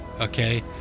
okay